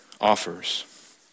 offers